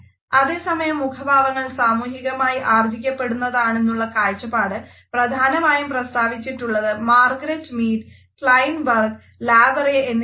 അതേസമയം മുഖഭാവങ്ങൾ സാമൂഹികമായി ആർജിക്കപ്പെടുന്നതാണെന്നുള്ള കാഴ്ചപ്പാട് പ്രധാനമായും പ്രസ്താവിച്ചിട്ടുള്ളത് മാർഗരറ്റ് മീഡ് എന്നിവരാണ്